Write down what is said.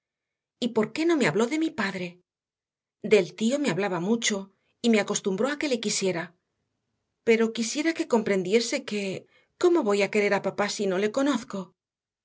por qué no me habló de mi padre del tío me hablaba mucho y me acostumbró a que le quisiera pero quisiera que comprendiese que cómo voy a querer a papá si no le conozco